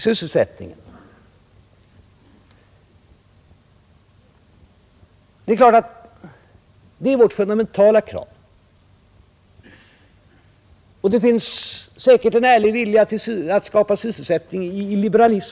Sysselsättningen är vårt fundamentala krav, och det finns säkert också i liberalismen en ärlig vilja att skapa sysselsättning.